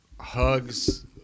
hugs